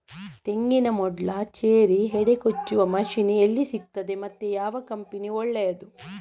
ತೆಂಗಿನ ಮೊಡ್ಲು, ಚೇರಿ, ಹೆಡೆ ಕೊಚ್ಚುವ ಮಷೀನ್ ಎಲ್ಲಿ ಸಿಕ್ತಾದೆ ಮತ್ತೆ ಯಾವ ಕಂಪನಿ ಒಳ್ಳೆದು?